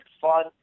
fun